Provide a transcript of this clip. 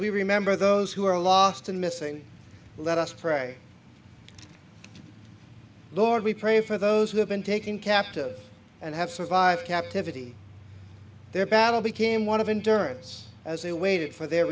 we remember those who were lost and missing let us pray lord we pray for those who have been taken captive and have survived captivity their battle became one of in durance as they waited for their